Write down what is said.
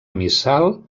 missal